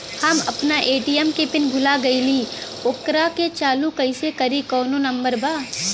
हम अपना ए.टी.एम के पिन भूला गईली ओकरा के चालू कइसे करी कौनो नंबर बा?